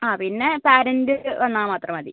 ആ പിന്നെ പേരൻറ്റ് വന്നാൽ മാത്രം മതി